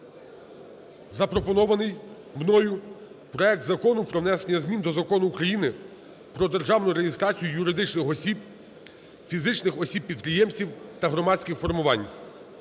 запропонований мною проект Закону про внесення змін до Закону України "Про державну реєстрацію юридичних осіб, фізичних осіб-підприємців та громадських формувань"